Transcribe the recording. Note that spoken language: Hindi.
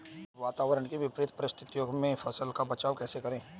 वातावरण की विपरीत परिस्थितियों में फसलों का बचाव कैसे करें?